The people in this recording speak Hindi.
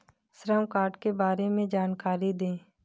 श्रम कार्ड के बारे में जानकारी दें?